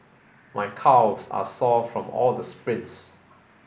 my calves are sore from all the sprints